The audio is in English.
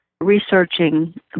researching